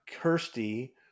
Kirsty